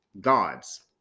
gods